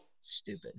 stupid